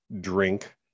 drink